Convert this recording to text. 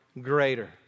greater